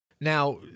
Now